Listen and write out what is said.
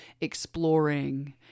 exploring